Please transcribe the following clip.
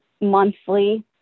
monthly